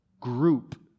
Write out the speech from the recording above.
group